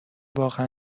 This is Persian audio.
واقع